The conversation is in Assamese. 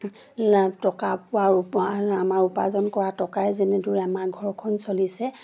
টকা পোৱাৰ উপ আমাৰ উপাৰ্জন কৰা টকাই যেনেদৰে আমাৰ ঘৰখন চলিছে